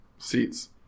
Seats